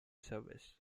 service